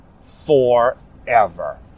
forever